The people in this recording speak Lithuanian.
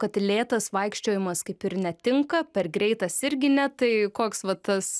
kad lėtas vaikščiojimas kaip ir netinka per greitas irgi ne tai koks va tas